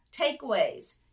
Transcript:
Takeaways